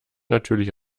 natürlich